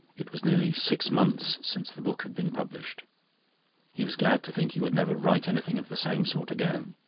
it was nearly six months since the book had been published he was glad to think he would never write anything of the same sort again.